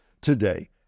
today